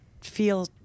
feel